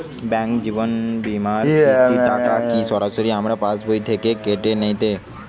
Bank জীবন বিমার কিস্তির টাকা কি সরাসরি আমার পাশ বই থেকে কেটে নিবে?